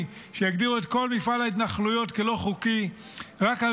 שיגדירו את כל מפעל ההתנחלויות כלא-חוקי רק על